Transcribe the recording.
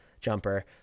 jumper